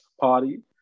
party